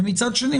מצד שני,